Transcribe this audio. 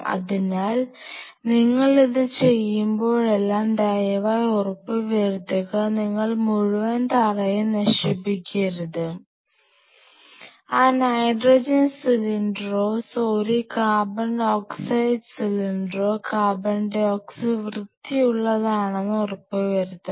അതിനാൽ നിങ്ങൾ ഇത് ചെയ്യുമ്പോഴെല്ലാം ദയവായി ഉറപ്പുവരുത്തുക നിങ്ങൾ മുഴുവൻ തറയും നശിപ്പിക്കരുത് ആ നൈട്രജൻ സിലിണ്ടറോ സോറി കാർബൺ ഓക്സൈഡ് സിലിണ്ടറോ CO2 വൃത്തി ഉള്ളതാണെന്ന് ഉറപ്പു വരുത്തണം